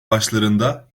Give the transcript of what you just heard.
başlarında